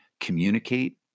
Communicate